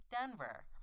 Denver